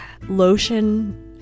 lotion